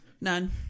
none